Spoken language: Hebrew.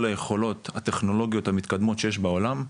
היכולות הטכנולוגיות המתקדמות שיש בעולם,